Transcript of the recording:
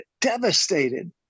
devastated